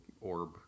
orb